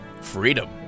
freedom